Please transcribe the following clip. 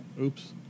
oops